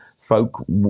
folk